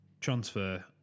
transfer